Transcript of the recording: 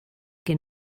que